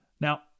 Now